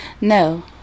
No